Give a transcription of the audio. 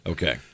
Okay